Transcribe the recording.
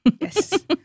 Yes